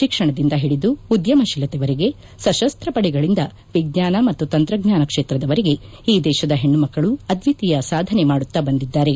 ಶಿಕ್ಷಣದಿಂದ ಹಿಡಿದು ಉದ್ಯಮಶೀಲತೆವರೆಗೆ ಸಶಸ್ತ್ರಪಡೆಗಳಿಂದ ವಿಜ್ಞಾನ ಮತ್ತು ತಂತ್ರಜ್ಞಾನ ಕ್ಷೇತ್ರದವರೆಗೆ ಈ ದೇಶದ ಹೆಣ್ಣುಮಕ್ಕಳು ಅದ್ವಿತೀಯ ಸಾಧನೆ ಮಾಡುತ್ತಾ ಬಂದಿದ್ದಾರೆ